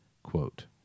Quote